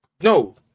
No